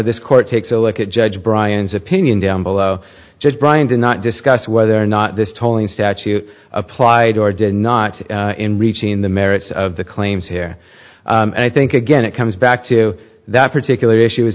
this court takes a look at judge brian's opinion down below judge brian did not discuss whether or not this tolling statute applied or did not in reaching the merits of the claims here and i think again it comes back to that particular issue is